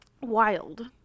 Wild